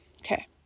Okay